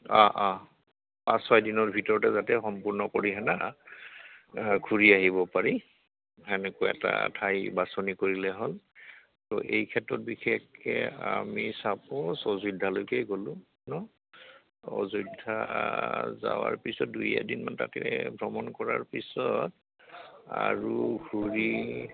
অঁ অঁ পাঁচ ছয় দিনৰ ভিতৰতে যাতে সম্পূৰ্ণ কৰিহে না ঘূৰি আহিব পাৰি তেনেকুৱা এটা ঠাই বাছনি কৰিলে হ'ল ত' এই ক্ষেত্ৰত বিশেষকৈ আমি ছাপোজ অযোধ্যালৈকে গ'লো ন অযোধ্যা যোৱাৰ পিছত দুই এদিনমান তাতে ভ্ৰমণ কৰাৰ পিছত আৰু ঘূৰি